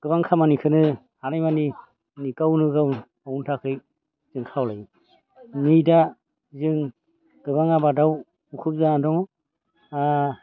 गोबां खामानिखौनो हानायमानि गावनो गाव मावनो थाखाय जों खावलायो ओमफ्राय दा जों गोबां आबादाव असुबिजा जानानै दं